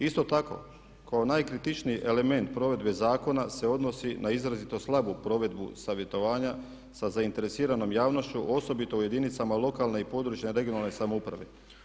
Isto tako kao najkritičniji element provedbe zakona se odnosi na izrazito slabu provedbu savjetovanja sa zainteresiranom javnošću osobito u jedinicama lokalne i područne (regionalne) samouprave.